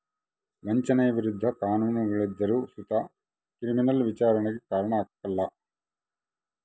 ವಂಚನೆಯ ವಿರುದ್ಧ ಕಾನೂನುಗಳಿದ್ದರು ಸುತ ಕ್ರಿಮಿನಲ್ ವಿಚಾರಣೆಗೆ ಕಾರಣ ಆಗ್ಕಲ